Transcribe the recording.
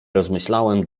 rozmyślałem